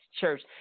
church